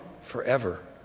forever